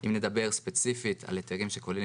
שאם נדבר ספציפית על היתרים שכוללים